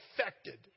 affected